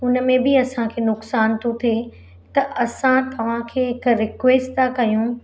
हुन में बि असांखे नुक़सान थो थिए त असां तव्हां खे हिकु रिक्वेस्ट था कयूं